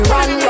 Run